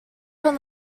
from